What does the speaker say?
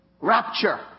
rapture